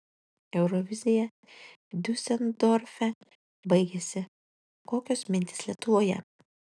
eurovizija diuseldorfe baigėsi kokios mintys lietuvoje